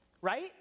right